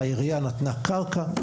העירייה נתנה קרקע,